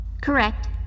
Correct